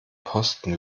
posten